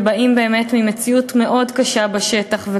ובאים באמת ממציאות מאוד קשה בשטח.